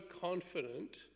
confident